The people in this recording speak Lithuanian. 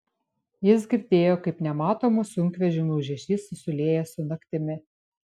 jis girdėjo kaip nematomų sunkvežimių ūžesys susilieja su naktimi